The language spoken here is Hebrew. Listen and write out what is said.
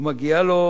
ומגיעות לו,